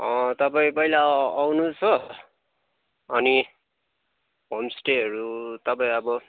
तपाईँ पहिला आउनुहोस् हो अनि होमस्टेहरू तपाईँ अब